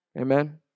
Amen